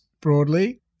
broadly